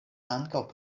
ankaŭ